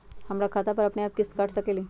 हमर खाता से अपनेआप किस्त काट सकेली?